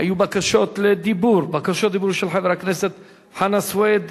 היו בקשות לדיבור: בקשות דיבור של חברי הכנסת חנא סוייד,